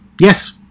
Yes